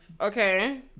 okay